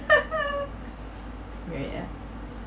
yeah yeah